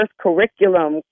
curriculum